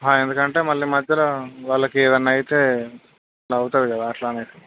ఎందుకు అంటే మళ్ళీ మధ్యలో వాళ్ళకి ఏదైనా అయితే అవుతుంది కదా అట్ల అని